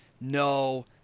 no